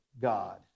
God